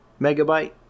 megabyte